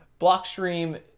Blockstream